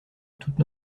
toutes